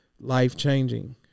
life-changing